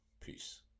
Peace